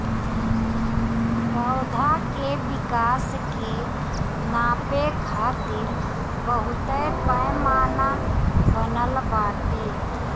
पौधा के विकास के नापे खातिर बहुते पैमाना बनल बाटे